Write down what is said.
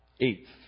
Eighth